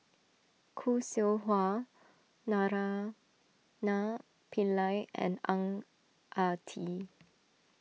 Khoo Seow Hwa Naraina Pillai and Ang Ah Tee